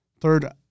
Third